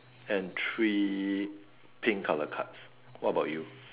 and three pink colour cards what about you